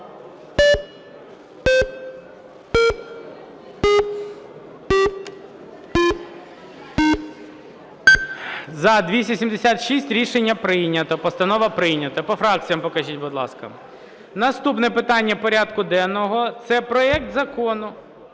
За-276 Рішення прийнято. Постанова прийнята. По фракціях покажіть, будь ласка. Наступне питання порядку денного – це проект Закону...